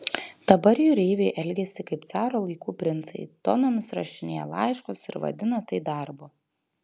dabar jūreiviai elgiasi kaip caro laikų princai tonomis rašinėja laiškus ir vadina tai darbu